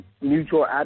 mutual